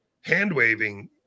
hand-waving